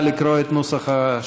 נא לקרוא את נוסח השאילתה.